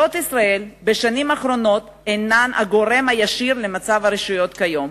בשנים האחרונות ממשלות ישראל הן הגורם הישיר למצב הרשויות כיום.